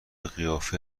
قیافه